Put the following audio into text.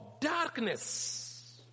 darkness